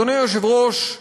אדוני היושב-ראש,